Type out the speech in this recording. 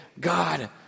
God